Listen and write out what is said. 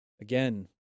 Again